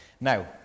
now